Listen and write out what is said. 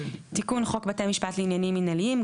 תיקון חוק בתי משפט לעניינים מנהליים.